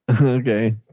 Okay